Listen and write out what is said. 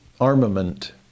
armament